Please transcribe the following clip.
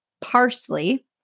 parsley